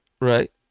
right